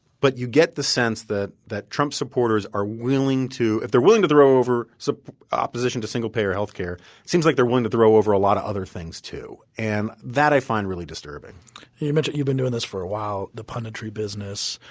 but you get the sense that that trump supporters are willing to if they're willing to throw over so opposition to single payer healthcare, it seems like they're willing to throw over a lot of other things too and that i find really disturbing. trevor burrus you mentioned you've been doing this for a while, the punditry business.